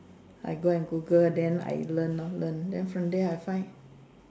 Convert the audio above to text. I go and Google then I learn lor learn then from there I find